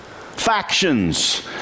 factions